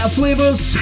flavors